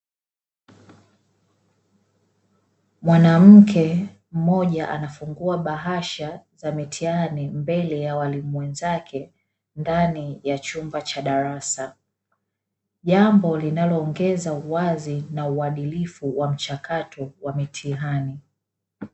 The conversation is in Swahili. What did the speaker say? Mwanamke mmoja anafungua bahasha za mitihani, mbele ya walimu wenzake ndani ya chumba cha darasa. Jambo linaloongeza uwazi na uadilifu wa mchakato wa mitihani.